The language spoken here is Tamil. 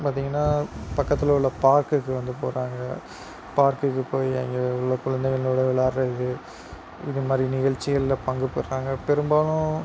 பார்த்தீங்கன்னா பக்கத்தில் உள்ள பார்க்குக்கு வந்து போகிறாங்க பார்க்குக்கு போய் அங்க உள்ள குழந்தைகளோடு வெளையாட்றது இதுமாதிரி நிகழ்ச்சிகளில் பங்கு பெறாங்க பெரும்பாலும்